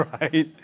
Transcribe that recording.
right